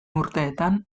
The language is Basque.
urteetan